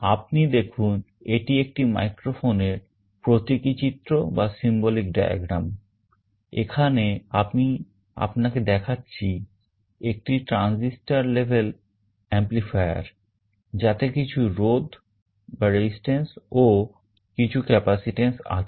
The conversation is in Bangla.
আপনি দেখুন এটি একটি microphone এর প্রতীকী চিত্র ও কিছু capacitance আছে